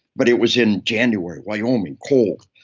but it was in january. wyoming. cold.